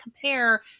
compare